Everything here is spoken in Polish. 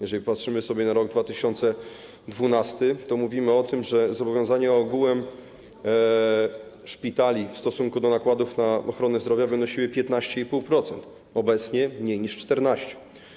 Jeżeli popatrzymy na rok 2012, to mówimy o tym, że zobowiązania ogółem szpitali w stosunku do nakładów na ochronę zdrowia wynosiły 15,5%, obecnie mniej niż 14.